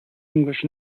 english